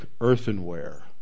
earthenware